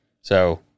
So-